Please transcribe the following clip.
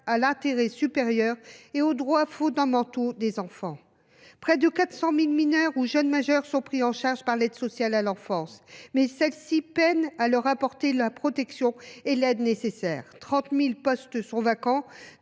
à l’intérêt supérieur et aux droits fondamentaux des enfants. Près de 400 000 mineurs ou jeunes majeurs sont pris en charge par l’aide sociale à l’enfance (ASE), mais celle ci peine à leur apporter la protection et l’aide nécessaires. Quelque 30 000 postes sont vacants